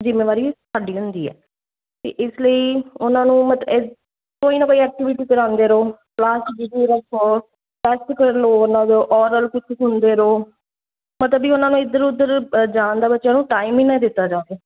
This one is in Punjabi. ਜ਼ਿੰਮੇਵਾਰੀ ਸਾਡੀ ਹੁੰਦੀ ਹੈ ਅਤੇ ਇਸ ਲਈ ਉਹਨਾਂ ਨੂੰ ਮਤ ਐ ਕੋਈ ਨਾ ਕੋਈ ਐਕਟੀਵਿਟੀ ਕਰਾਉਂਦੇ ਰਹੋ ਕਲਾਸ 'ਚ ਬਿਜ਼ੀ ਰੱਖੋ ਓਰਲ ਕੁਛ ਸੁਣਦੇ ਰਹੋ ਮਤਲਬ ਵੀ ਉਹਨਾਂ ਨੂੰ ਇੱਧਰ ਉੱਧਰ ਜਾਣ ਦਾ ਬੱਚਿਆਂ ਨੂੰ ਟਾਈਮ ਹੀ ਨਾ ਦਿੱਤਾ ਜਾਵੇ